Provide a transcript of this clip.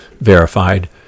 verified